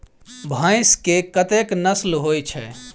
भैंस केँ कतेक नस्ल होइ छै?